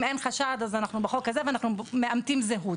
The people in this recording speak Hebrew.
אם אין חשד אז אנחנו בחוק הזה ואנחנו מאמתים זהות.